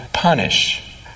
punish